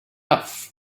tough